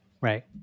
right